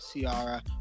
Ciara